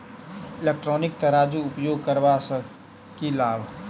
Electronic तराजू उपयोग करबा सऽ केँ लाभ?